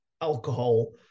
alcohol